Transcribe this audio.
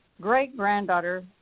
great-granddaughter